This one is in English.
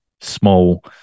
small